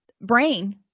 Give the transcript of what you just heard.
brain